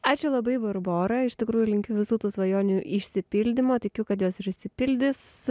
aš labai barborai iš tikrųjų link visų tų svajonių išsipildymo tikiu kad jos ir išsipildys